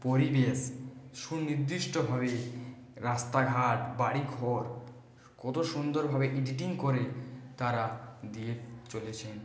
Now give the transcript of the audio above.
পরিবেশ সুনির্দিষ্টভাবে রাস্তাঘাট বাড়িঘর কতো সুন্দরভাবে এডিটিং করে তারা দিয়ে চলেছেন